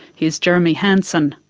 here's jeremy hanson.